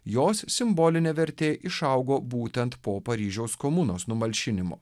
jos simbolinė vertė išaugo būtent po paryžiaus komunos numalšinimo